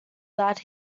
that